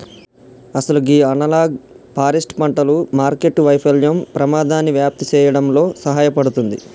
అసలు గీ analogue forest పంటలు మార్కెట్టు వైఫల్యం పెమాదాన్ని వ్యాప్తి సేయడంలో సహాయపడుతుంది